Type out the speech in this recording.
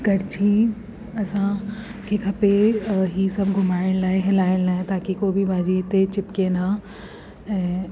करछी असांखे खपे इहा सभु घुमाइण लाइ हिलाइण लाइ ताकी को बि भाॼी हिते चिपके न ऐं